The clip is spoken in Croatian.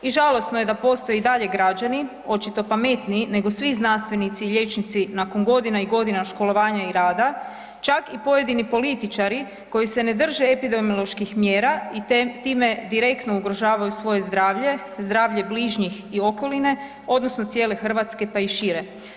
I žalosno je da postoje i dalje građani, očito pametniji nego svi znanstvenici i liječnici nakon godina i godina školovanja i rada, čak i pojedini političari koji se ne drže epidemioloških mjera i time direktno ugrožavaju svoje zdravlje, zdravlje bližnjih i okoline odnosno cijele Hrvatske, pa i šire.